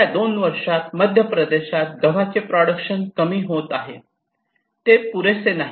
गेल्या दोन वर्षात मध्यप्रदेशात गव्हाचे प्रोडक्शन कमी होत आहे ते पुरेसे नाही